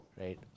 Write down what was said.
right